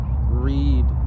read